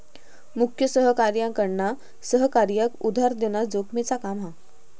मुख्य सहकार्याकडना सहकार्याक उधार देना जोखमेचा काम हा